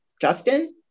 Justin